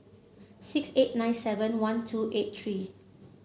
six eight nine seven one two eight three